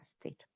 state